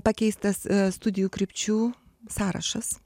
pakeistas studijų krypčių sąrašas